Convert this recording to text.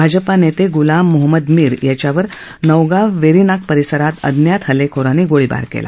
भाजपा नेते गुलाम मोहम्मद मीर यांच्यावर नौगाव वेरीनाग परिसरात अज्ञात हल्लेखोरांनी गोळीबार केला